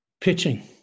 Pitching